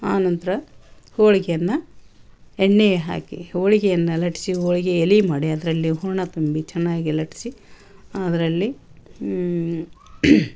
ಆ ನಂತರ ಹೋಳಿಗೆಯನ್ನ ಎಣ್ಣೆಗೆ ಹಾಕಿ ಹೋಳಿಗೆಯನ್ನ ಲಟ್ಸಿ ಹೋಳಿಗೆ ಎಲೆ ಮಾಡಿ ಅದರಲ್ಲಿ ಹೂರ್ಣ ತುಂಬಿ ಚೆನ್ನಾಗಿ ಲಟ್ಸಿ ಅದರಲ್ಲಿ